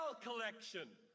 collection